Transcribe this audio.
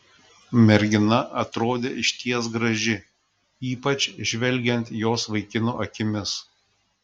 mergina atrodė išties graži ypač žvelgiant jos vaikino akimis